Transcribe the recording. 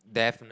definite